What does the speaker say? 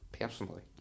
personally